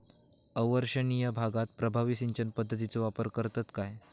अवर्षणिय भागात प्रभावी सिंचन पद्धतीचो वापर करतत काय?